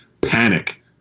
panic